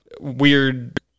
weird